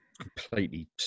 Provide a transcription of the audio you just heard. completely